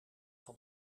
van